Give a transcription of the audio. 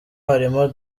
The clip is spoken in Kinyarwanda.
harimo